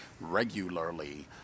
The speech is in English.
regularly